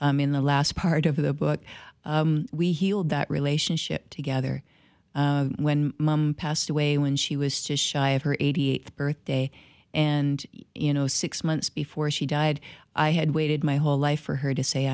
but in the last part of the book we healed that relationship together when mum passed away when she was to shy of her eightieth birthday and you know six months before she died i had waited my whole life for her to say